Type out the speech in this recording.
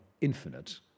infinite